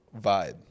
vibe